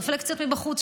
רפלקסיות מבחוץ,